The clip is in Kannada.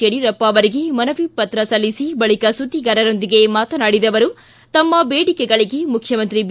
ಯಡಿಯೂರಪ್ಪ ಅವರಿಗೆ ಮನವಿ ಪತ್ರ ಸಲ್ಲಿಸಿ ಬಳಿಕ ಸುದ್ದಿಗಾರರೊಂದಿಗೆ ಮಾತನಾಡಿದ ಅವರು ತಮ್ಮ ಬೇಡಿಕೆಗಳಿಗೆ ಮುಖ್ಯಮಂತ್ರಿ ಬಿ